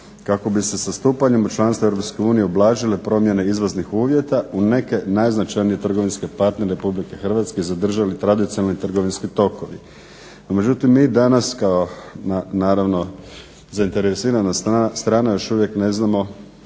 kako bi se sa stupanjem u članstvo EU ublažile promjene izvoznih uvjeta u neke najznačajnije trgovinske partnere RH zadržali tradicionalni trgovinski tokovi. No međutim mi danas kao naravno zainteresirana strana još uvijek ne znamo